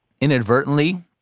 inadvertently